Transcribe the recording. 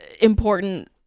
important